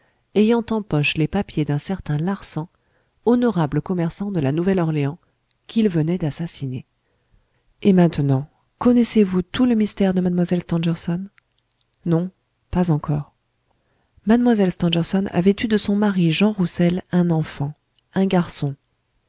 ayant en poche les papiers d'un certain larsan honorable commerçant de la nouvelle-orléans qu'il venait d'assassiner et maintenant connaissez-vous tout le mystère de mlle stangerson non pas encore mlle stangerson avait eu de son mari jean roussel un enfant un garçon